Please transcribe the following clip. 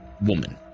woman